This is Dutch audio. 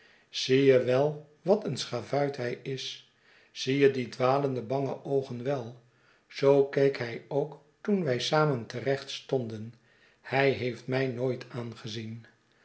zie je wel wat een schavuit hij is zie je die dwalende bange oogen wel zoo keek hij ook toen wij samen te recht stonden hij heeft my nooit aangezien